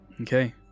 Okay